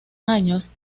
años